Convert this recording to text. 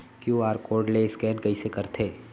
QR code ले scan कइसे करथे?